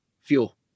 fuel